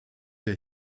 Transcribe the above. der